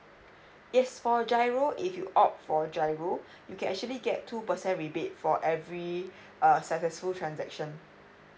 yes for giro if you opt for giro you can actually get two percent rebate for every uh successful transaction